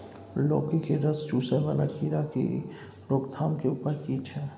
लौकी के रस चुसय वाला कीरा की रोकथाम के उपाय की छै?